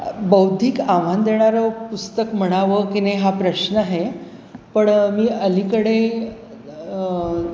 बौद्धिक आव्हान देणारं पुस्तक म्हणावं की नाही हा प्रश्न आहे पण मी अलीकडे